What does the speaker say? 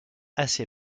assez